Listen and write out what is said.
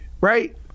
right